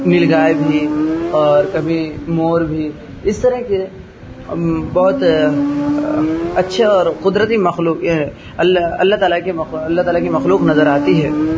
نیل گائے بھی اور کبھی مور بھی اس طرح کے بہت اچھے اور قدرتی مخلوق اللہ اللہ تعالیٰ کے اللہ تعالیٰ کی مخلوق نظر آتی ہے